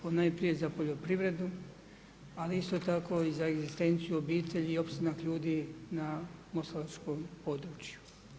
Ponajprije za poljoprivredu ali isto tako i za egzistenciju obitelji i opstanak ljudi na moslavačkom području.